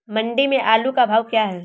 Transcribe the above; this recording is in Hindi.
मंडी में आलू का भाव क्या है?